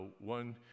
one